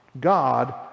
God